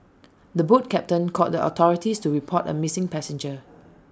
the boat captain called the authorities to report A missing passenger